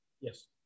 Yes